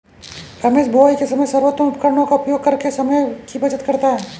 रमेश बुवाई के समय सर्वोत्तम उपकरणों का उपयोग करके समय की बचत करता है